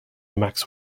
max